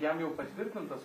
jam jau patvirtintas